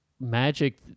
Magic